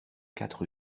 quatre